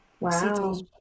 Wow